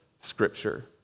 Scripture